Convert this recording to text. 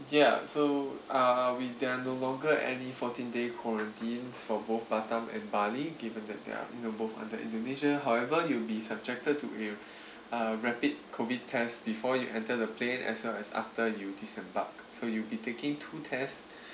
ya so uh we there are no longer any fourteen day quarantines for both batam and bali given that they're you know both under indonesia however you'll be subjected to a a rapid COVID test before you enter the plane as well as after you disembark so you'll be taking two test